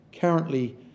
Currently